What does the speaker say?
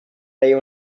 veia